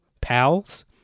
pals